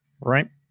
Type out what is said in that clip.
right